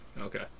Okay